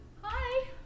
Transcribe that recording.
Hi